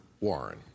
Warren